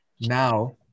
Now